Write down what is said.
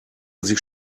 sich